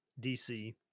DC